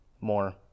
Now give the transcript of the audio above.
more